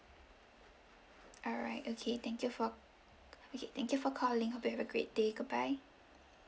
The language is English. alright okay thank you for okay thank you for calling hope you have a great day goodbye